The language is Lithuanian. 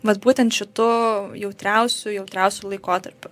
vat būtent šitu jautriausiu jautriausiu laikotarpiu